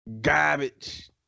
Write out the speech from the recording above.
Garbage